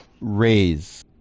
raise